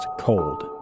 Cold